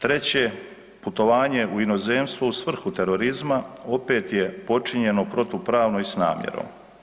Treće, putovanje u inozemstvo u svrhu terorizma, opet je počinjeno protupravno i s namjerom.